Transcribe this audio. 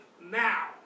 now